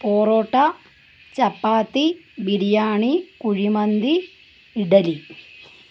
parotta chapati biryani kuzhimandi idli